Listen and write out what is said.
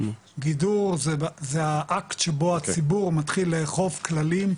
גידור זה האקט שבו הציבור מתחיל לאכוף כללים,